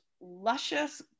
luscious